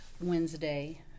Wednesday